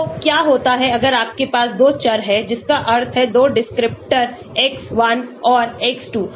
तो क्या होता है अगर आपके पास 2 चर हैं जिसका अर्थ है 2 डिस्क्रिप्टर x1 और x2